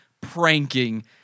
pranking